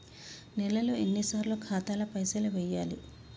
నెలలో ఎన్నిసార్లు ఖాతాల పైసలు వెయ్యాలి?